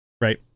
right